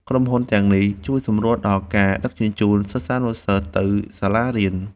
ក្រុមហ៊ុនទាំងនេះជួយសម្រួលដល់ការដឹកជញ្ជូនសិស្សានុសិស្សទៅសាលារៀន។